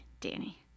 Danny